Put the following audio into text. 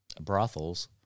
brothels